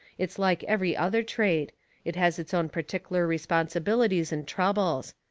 it's like every other trade it has its own pertic'ler responsibilities and troubles.